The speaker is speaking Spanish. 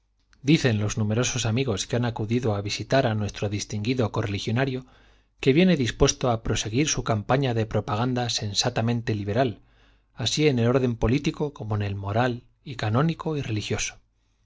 dicen los numerosos amigos que han acudido a visitar a nuestro distinguido correligionario que viene dispuesto a proseguir su campaña de propaganda sensatamente liberal así en el orden político como en el moral y canónico y religioso